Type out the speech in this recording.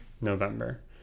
November